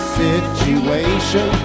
situation